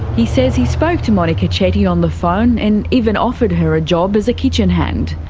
he says he spoke to monika chetty on the phone and even offered her a job as a kitchen hand.